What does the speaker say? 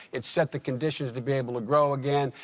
it set the conditions to be able to grow again.